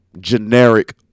generic